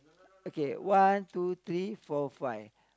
okay one two three four five